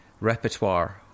repertoire